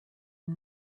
you